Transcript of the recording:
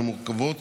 שמורכבות